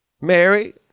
Mary